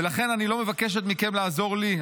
ולכן אני לא מבקשת מכם לעזור לי,